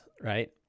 right